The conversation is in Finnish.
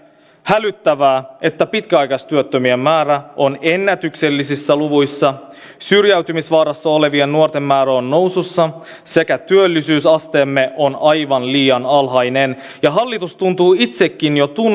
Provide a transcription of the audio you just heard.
hälyttävää että pitkäaikaistyöttömien määrä on ennätyksellisissä luvuissa syrjäytymisvaarassa olevien nuorten määrä on nousussa sekä työllisyysasteemme on aivan liian alhainen ja hallitus tuntuu itsekin jo